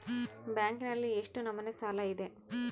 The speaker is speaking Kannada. ಬ್ಯಾಂಕಿನಲ್ಲಿ ಎಷ್ಟು ನಮೂನೆ ಸಾಲ ಇದೆ?